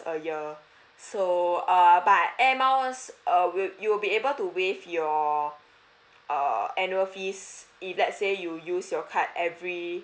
per year so err but air miles err you will be able to waive your err annual fees if let's say you use your card every